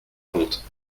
comptes